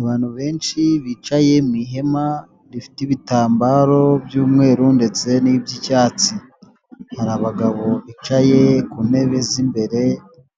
Abantu benshi bicaye mu ihema rifite ibitambaro by'umweru ndetse n'iby'icyatsi. Hari abagabo bicaye ku ntebe z'imbere